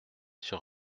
sur